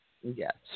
Yes